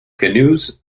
canoes